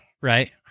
right